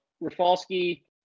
Rafalski